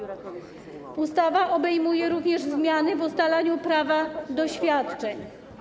Ustawa obejmuje również zmiany w ustalaniu prawa do świadczeń.